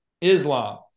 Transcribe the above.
Islam